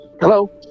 Hello